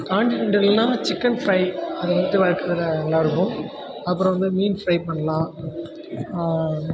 காண்டினெண்டல்னால் chicken fry அது எடுத்து நல்லாயிருக்கும் அப்புறம் வந்து மீன் ஃபிரை பண்ணலாம்